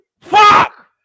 Fuck